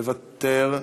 מוותר,